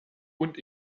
und